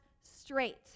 straight